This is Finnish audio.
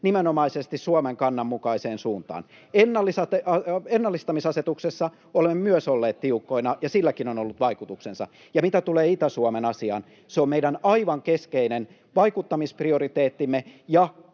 nimenomaisesti Suomen kannan mukaiseen suuntaan. Ennallistamisasetuksessa olemme myös olleet tiukkoina, ja silläkin on ollut vaikutuksensa. Ja mitä tulee Itä-Suomen asiaan, se on meidän aivan keskeinen vaikuttamisprioriteettimme.